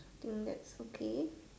think that's okay